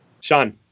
Sean